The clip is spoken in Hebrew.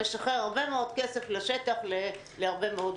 משחרר הרבה מאוד כסף לשטח להרבה מאוד דברים.